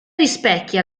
rispecchia